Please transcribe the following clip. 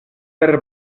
per